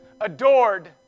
adored